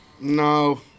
No